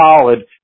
solid